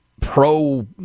pro